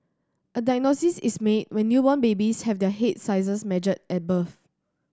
a diagnosis is made when newborn babies have their head sizes measured at birth